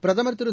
பிரதுர் திரு